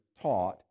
taught